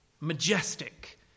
majestic